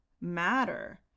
matter